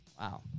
Wow